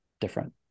different